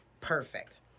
perfect